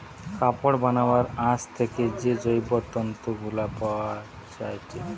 কাপড় বানাবার আঁশ থেকে যে জৈব তন্তু গুলা পায়া যায়টে